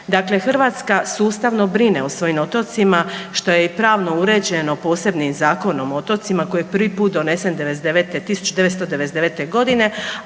Dakle, Hrvatska sustavno brine o svojim otocima što je i pravno uređeno posebnim Zakonom o otocima koji je prvi put donesen 1999.g.